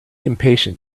impatient